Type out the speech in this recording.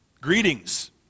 Greetings